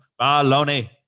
baloney